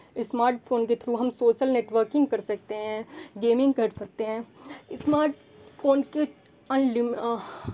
smart phone के through हम social networking कर सकते हैं गेमिंग कर सकते हैं स्मार्ट फ़ोन के अनलिम